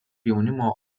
jaunimo